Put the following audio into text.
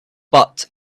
but